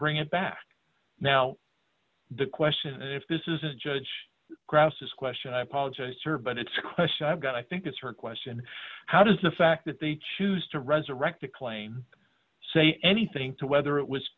bring it back now the question if this is a judge grouses question i apologize sir but it's a question i've got i think it's her question how does the fact that they choose to resurrect a claim say anything to whether it was